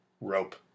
Rope